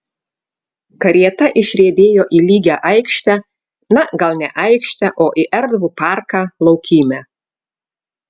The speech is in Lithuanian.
karieta išriedėjo į į lygią aikštę na gal ne aikštę o į erdvų parką laukymę